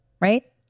right